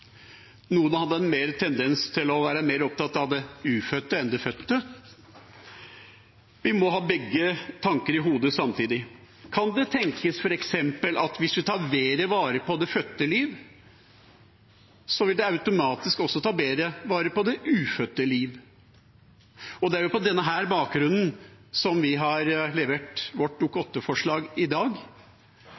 Noen hadde en større tendens til å være mer opptatt av det ufødte liv enn det fødte. Vi må ha begge tanker i hodet samtidig. Kan det f.eks. tenkes at hvis vi tar bedre vare på det fødte liv, vil vi automatisk også ta bedre vare på det ufødte liv? Det er på denne bakgrunn vi har levert vårt Dokument 8-forslag i dag,